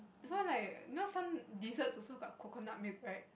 so like you know some dessert also got coconut milk right